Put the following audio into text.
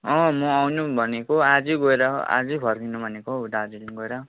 अँ म आउनु भनेको आजै गएर आजै फर्किनु भनेको हौ दार्जिलिङ गएर